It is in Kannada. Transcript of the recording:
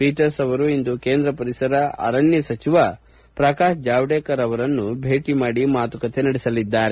ಪೀಟರ್ಸ್ ಇಂದು ಕೇಂದ್ರ ಪರಿಸರ ಅರಣ್ಯ ಸಚಿವ ಪ್ರಕಾಶ್ ಜಾವಡೇಕರ್ ಅವರನ್ನು ಭೇಟಿ ಮಾದಿ ಮಾತುಕತೆ ನಡೆಸಲಿದ್ದಾರೆ